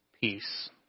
peace